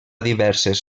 diverses